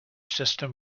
system